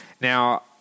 Now